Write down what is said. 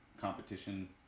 competition